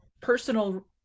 personal